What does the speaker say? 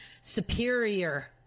superior